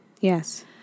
Yes